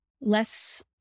less